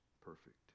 perfect